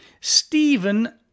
Stephen